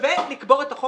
אומרת לך דוגרי,